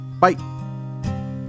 Bye